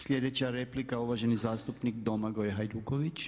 Sljedeća replika, uvaženi zastupnik Domagoj Hajduković.